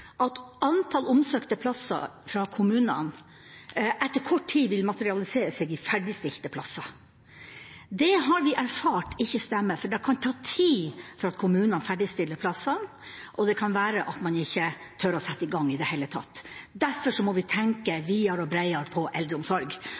at antall omsøkte plasser fra kommunene etter kort tid vil materialisere seg i ferdigstilte plasser. Det har vi erfart ikke stemmer, for det kan ta tid før kommunene ferdigstiller plasser, og det kan være at man ikke tør å sette i gang i det hele tatt. Derfor må vi tenke